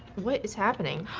what is happening?